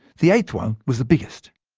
the eighth one was the biggest.